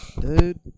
Dude